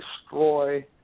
destroy